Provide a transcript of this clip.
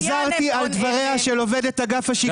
חזרתי על דבריה של עובדת אגף השיקום,